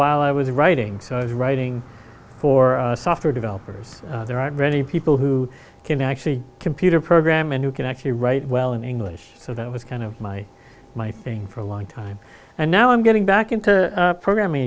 while i was writing so i was writing for software developers there aren't many people who can actually computer program and who can actually write well in english so that was kind of my my thing for a long time and now i'm getting back into programming